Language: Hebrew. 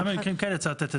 אין סיבה שיהיה לי היתר,